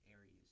areas